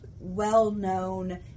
well-known